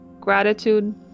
gratitude